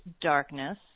darkness